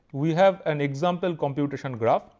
we have an example computation graph